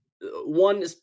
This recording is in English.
one